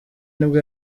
nibwo